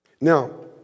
Now